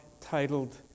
titled